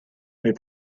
mais